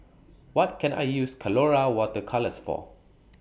What Can I use Colora Water Colours For